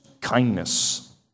kindness